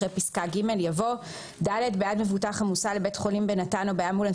אחרי פסקה (ג) יבוא: "(ד)בעד מבוטח המוסע לבית חולים בנט"ן או באמבולנס